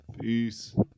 peace